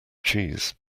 cheese